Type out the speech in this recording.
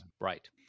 Right